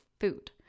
food